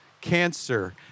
cancer